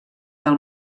del